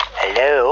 hello